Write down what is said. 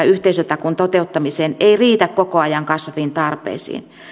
yhteisötakuun toteuttamiseen ei riitä koko ajan kasvaviin tarpeisiin